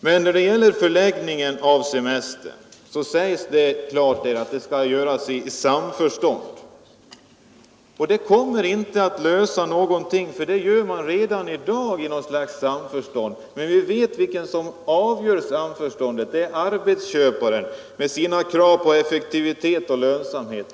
Men när det gäller förläggningen av semestern sägs det klart att den skall göras i samförstånd, och därmed åstadkommer man ingenting. Det sker redan i dag i ett slags samförstånd, men vi vet vem det är som har avgörandet — det är arbetsköparen med sina krav på effektivitet och lönsamhet.